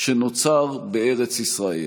שנוצר בארץ ישראל".